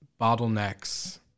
bottlenecks